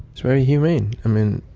it's very humane. i mean,